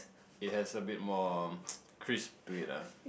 it has a bit more crisp to it ah